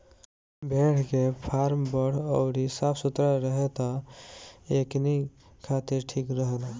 भेड़ के फार्म बड़ अउरी साफ सुथरा रहे त एकनी खातिर ठीक रहेला